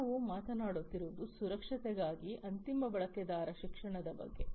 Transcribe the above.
ನಾವು ಮಾತನಾಡುತ್ತಿರುವುದು ಸುರಕ್ಷತೆಗಾಗಿ ಅಂತಿಮ ಬಳಕೆದಾರ ಶಿಕ್ಷಣದ ಬಗ್ಗೆ